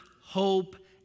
hope